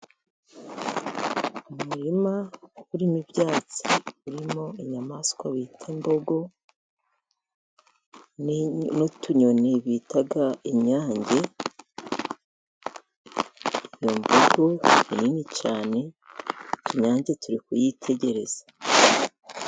Umuririma urimo ibyatsi, urimo inyamaswa bita imbogo n'utunyoni bita inyange. Iyo mbogo ni nini cyane, utunyange turi kuyitegereza.